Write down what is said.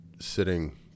sitting